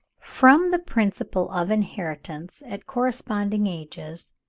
from the principle of inheritance at corresponding ages,